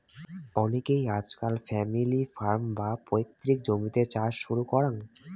অনেইকে আজকাল family farm, বা পৈতৃক জমিতে চাষ শুরু করাং